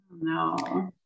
No